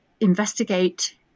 investigate